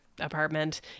apartment